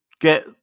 get